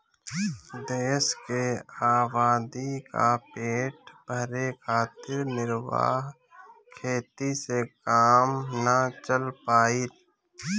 देश के आबादी क पेट भरे खातिर निर्वाह खेती से काम ना चल पाई